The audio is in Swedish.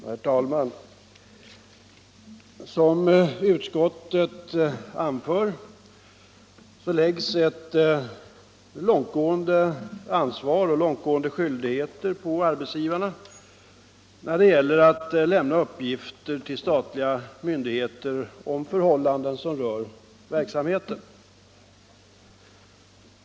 Herr talman! Som utskottet anför läggs ett långtgående ansvar och långtgående skyldigheter på arbetsgivarna när det gäller att lämna uppgifter till statliga myndigheter om förhållanden som rör verksamheten.